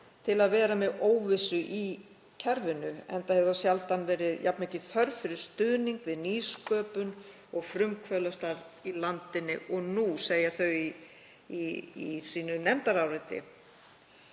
til að vera með óvissu í kerfinu, enda hefur sjaldan verið jafn mikil þörf fyrir stuðning við nýsköpun og frumkvöðlastarf í landinu, segja þau í sínu nefndaráliti.